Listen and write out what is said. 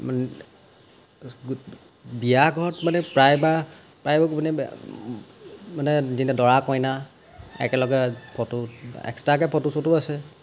বিয়াঘৰত মানে প্ৰায়বা প্ৰায়ভাগ মানে মানে দৰা কইনা একেলগে ফটো এক্সট্ৰাকৈ ফটো চটোও আছে